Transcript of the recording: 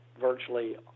virtually